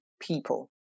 people